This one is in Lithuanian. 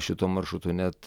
šituo maršrutu net